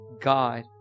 God